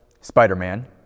Spider-Man